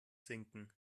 sinken